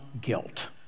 guilt